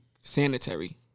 sanitary